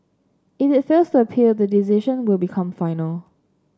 if it fails to appeal the decision will become final